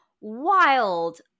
wild